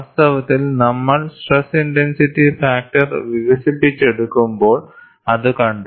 വാസ്തവത്തിൽ നമ്മൾ stress intensity factor വികസിപ്പിച്ചെടുക്കുമ്പോൾ അത് കണ്ടു